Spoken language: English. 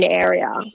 area